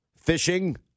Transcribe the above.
fishing